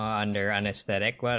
on their anesthetic, but